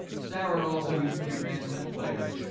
sarah also used to be the mandolin player.